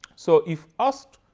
so if asked,